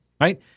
right